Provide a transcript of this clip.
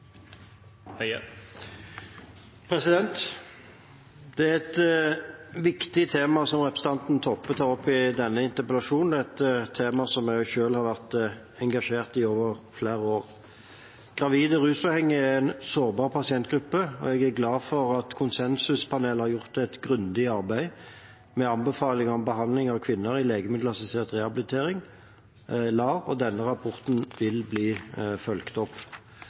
Det er et viktig tema som representanten Toppe tar opp i denne interpellasjonen. Det er et tema som jeg selv har vært engasjert i i flere år. Gravide rusavhengige er en sårbar pasientgruppe, og jeg er glad for at konsensuspanelet har gjort et grundig arbeid med anbefaling om behandling av kvinner i legemiddelassistert rehabilitering, LAR. Denne rapporten vil bli fulgt opp.